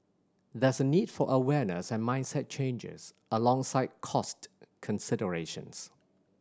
there is a need for awareness and mindset changes alongside cost considerations